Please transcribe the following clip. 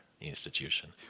institution